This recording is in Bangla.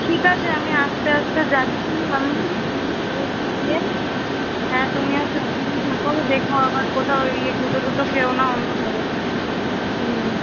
ঠিক আছে আমি আস্তে আস্তে যাচ্ছি আমি দিয়ে হ্যাঁ তুমিও সাবধানে থাকো দেখো আবার কোথাও ওই এ গুঁতো টুতো খেয়ো না অন্ধকারে হুম